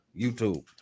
YouTube